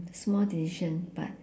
small decision but